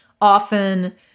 often